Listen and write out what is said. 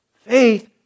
faith